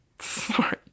Sorry